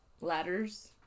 ladders